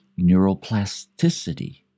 neuroplasticity